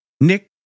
Nick